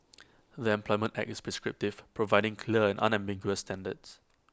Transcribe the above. the employment act is prescriptive providing clear and unambiguous standards